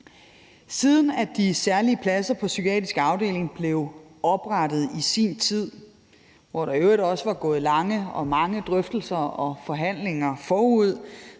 Siden de særlige pladser på psykiatrisk afdeling blev oprettet i sin tid, hvor der i øvrigt også var gået lange drøftelser og forhandlinger forud,